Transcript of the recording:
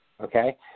okay